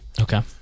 Okay